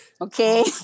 Okay